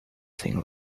thing